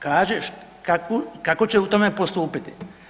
Kaže kako će u tome postupiti.